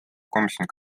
komisjon